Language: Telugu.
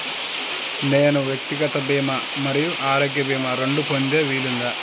నేను వ్యక్తిగత భీమా మరియు ఆరోగ్య భీమా రెండు పొందే వీలుందా?